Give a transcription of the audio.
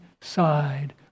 side